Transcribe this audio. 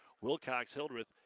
Wilcox-Hildreth